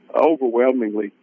overwhelmingly